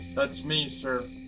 that's me, sir.